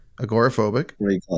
agoraphobic